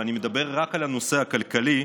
ואני מדבר רק על הנושא הכלכלי,